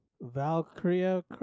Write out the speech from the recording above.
Valkyria